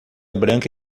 branca